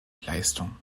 leistung